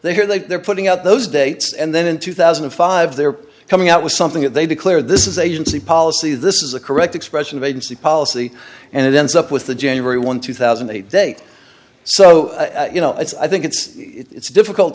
they are they they're putting out those dates and then in two thousand and five there coming out with something that they declare this is agency policy this is a correct expression of agency policy and it ends up with the january one two thousand and eight date so you know it's i think it's it's difficult